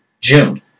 June